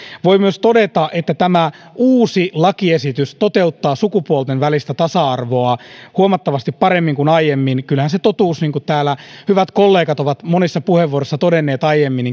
voi myös todeta että tämä uusi lakiesitys toteuttaa sukupuolten välistä tasa arvoa huomattavasti paremmin kuin aiemmin kyllähän se totuus niin kuin täällä hyvät kollegat ovat monissa puheenvuoroissa todenneet aiemmin